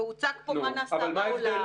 והוצג פה מה נעשה בעולם --- אבל מה ההבדל?